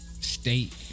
State